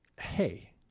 Hey